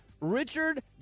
Richard